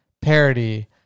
parody